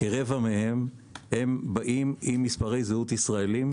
כרבע מהם באים עם מספרי זהות ישראליים,